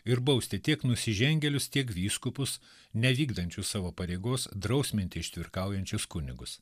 ir bausti tiek nusižengėlius tiek vyskupus nevykdančius savo pareigos drausminti ištvirkaujančius kunigus